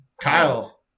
Kyle